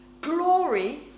glory